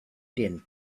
din